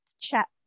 chat